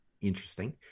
Interesting